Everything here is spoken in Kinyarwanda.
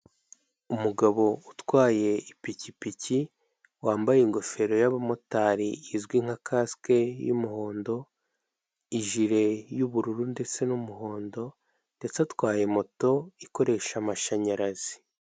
Umugabo utwaye ipikipiki, wambaye ingofero y'abamotari, izwi nka kasike, y'umuhondo, ijire y'ubururu ndetse n'umuhondo, ndetse atwaye moto ikoresha amashanyarazi.